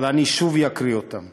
אבל אני אקריא אותה שוב: